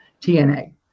TNA